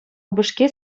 упӑшки